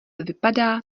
vypadá